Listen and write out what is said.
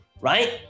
right